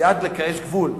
כי, יש גבול.